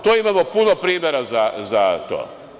Tu imamo puno primera za to.